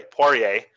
Poirier